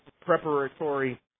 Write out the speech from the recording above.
preparatory